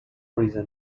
reason